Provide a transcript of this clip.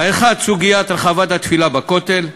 האחת, סוגיית רחבת התפילה בכותל,